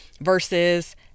versus